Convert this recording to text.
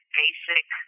basic